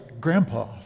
Grandpa